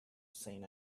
seen